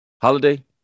Holiday